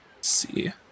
see